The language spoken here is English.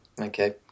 Okay